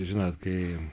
žinot kai